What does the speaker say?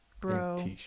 bro